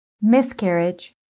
Miscarriage